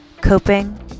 coping